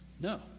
No